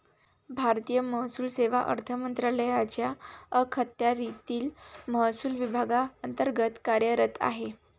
भारतीय महसूल सेवा अर्थ मंत्रालयाच्या अखत्यारीतील महसूल विभागांतर्गत कार्यरत आहे